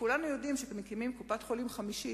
כולנו יודעים שכשמקימים קופת-חולים חמישית,